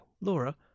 Laura